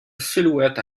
silhouette